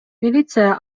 милиция